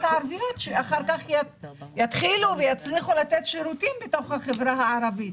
הערביות שאחר כך יתחילו ויצליחו לתת שירותים לחברה הערבית.